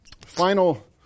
final